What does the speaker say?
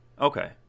Okay